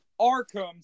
Arkham